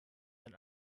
than